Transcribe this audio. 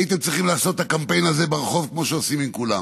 הייתם צריכים לעשות את הקמפיין הזה ברחוב כמו שעושים עם כולם,